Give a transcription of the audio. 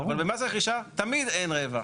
אבל, במס רכישה תמיד אין רווח.